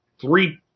three